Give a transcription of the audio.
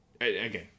Again